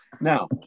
Now